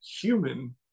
human